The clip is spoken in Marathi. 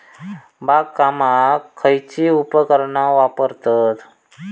बागकामाक खयची उपकरणा वापरतत?